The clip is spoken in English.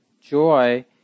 joy